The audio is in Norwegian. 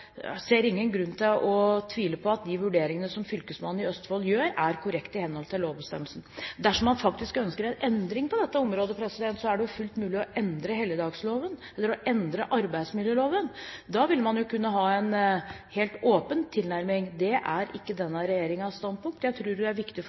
ser ingen grunn til å tvile på at de vurderingene som fylkesmannen i Østfold gjør, er korrekte i henhold til lovbestemmelsen. Dersom man faktisk ønsker en endring på dette området, er det jo fullt mulig å endre helligdagsfredloven eller å endre arbeidsmiljøloven. Da ville man jo kunne ha en helt åpen tilnærming. Det er ikke